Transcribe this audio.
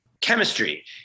chemistry